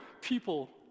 people